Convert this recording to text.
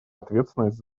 ответственность